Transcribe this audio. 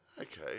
okay